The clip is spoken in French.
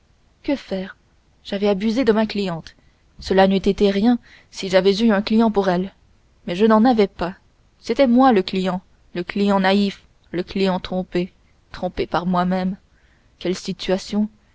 que faire j'avais abusé de ma cliente cela n'eût été rien si j'avais eu un client pour elle mais je n'en avais pas c'était moi le client le client naïf le client trompé trompé par lui-même quelle situation